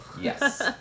Yes